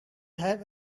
have